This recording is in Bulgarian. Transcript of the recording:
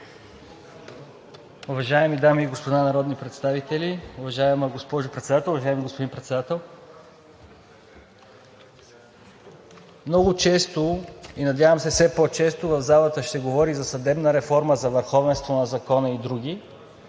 Уважаеми дами и господа народни представители, уважаема госпожо Председател, уважаеми господин Председател! Много често и надявам се все по-често в залата ще се говори за съдебна реформа, за върховенство на закона и други.